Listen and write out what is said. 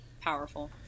Powerful